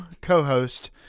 co-host